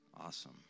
Awesome